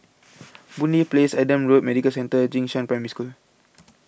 Boon Lay Place Adam Road Medical Centre and Jing Shan Primary School